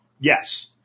Yes